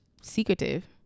secretive